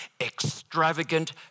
extravagant